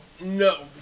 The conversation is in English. no